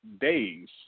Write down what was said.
days